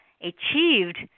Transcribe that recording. achieved